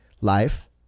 life